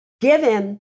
given